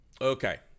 Okay